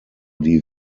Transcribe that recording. die